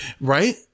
Right